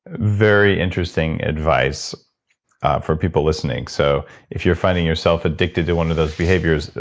very interesting advice for people listening. so if you're finding yourself addicted to one of those behaviors,